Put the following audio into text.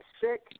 Sick